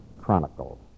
Chronicles